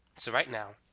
so right now,